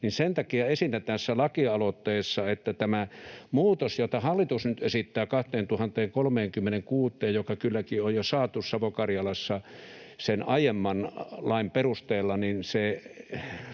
sen takia esitän tässä lakialoitteessa, että tämä muutos, jota hallitus nyt esittää vuoteen 2036 saakka — joka kylläkin on jo saatu Savo-Karjalassa sen aiemman lain perusteella —